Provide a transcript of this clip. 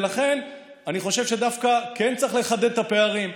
ולכן אני חושב שדווקא כן צריך לחדד את הפערים.